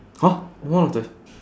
!huh! one of the